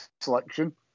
selection